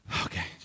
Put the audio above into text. Okay